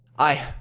ay!